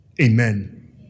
Amen